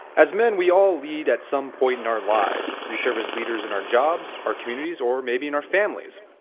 as men we all lead at some point in our lives, we service leaders in our jobs, our communities or maybe in our families.